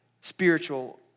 spiritual